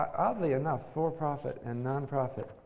oddly enough, for-profit and nonprofit